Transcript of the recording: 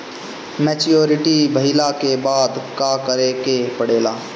Maturity भईला के बाद का करे के पड़ेला?